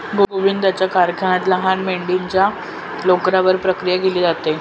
गोविंदाच्या कारखान्यात लहान मेंढीच्या लोकरावर प्रक्रिया केली जाते